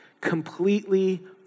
completely